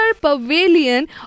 pavilion